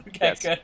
yes